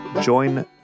Join